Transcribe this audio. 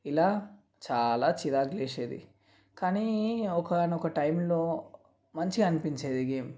ఇలా చాలా చిరాకు లేసేది కానీ ఒకానొక టైంలో మంచిగా అనిపించేది గేమ్